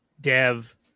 Dev